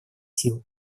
силы